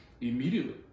immediately